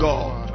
God